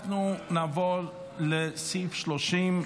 אנחנו נעבור לסעיף 30,